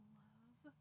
love